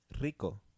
Rico